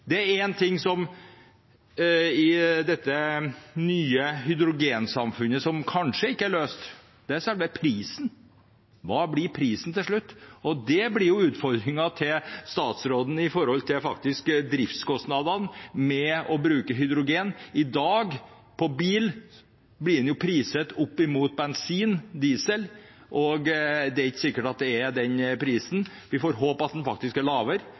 Det er én ting i dette nye hydrogensamfunnet som kanskje ikke er løst, og det er selve prisen. Hva blir prisen til slutt? Det blir utfordringen til statsråden: driftskostnadene med å bruke hydrogen. I dag er prisen når det gjelder bil, oppimot bensin og diesel. Det er ikke sikkert at det skal være prisen, vi får håpe at den faktisk er lavere,